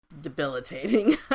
debilitating